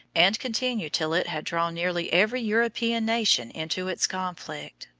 and continued till it had drawn nearly every european nation into its conflict,